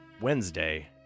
Wednesday